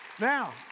Now